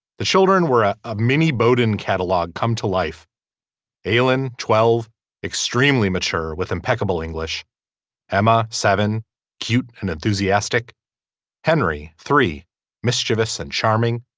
the children were a ah mini boat and catalog come to life aylan twelve extremely mature with impeccable english emma seven cute and enthusiastic henry three mischievous and charming